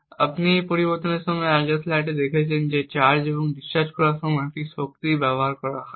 এবং আপনি এই পরিবর্তনের সময় আগের স্লাইডে দেখেছেন যে চার্জ এবং ডিসচার্জ করার জন্য একটি শক্তি ব্যবহার করা হয়